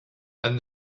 and